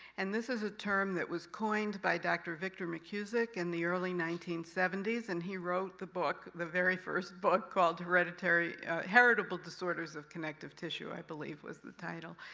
and this is a term that was coined by dr. victor mckusick in the early nineteen seventy s, and he wrote the book the very first book called hereditary heritable disorders of connective tissue, i believe was the title.